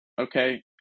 okay